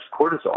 cortisol